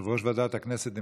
יושב-ראש ועדת הכנסת נמצא?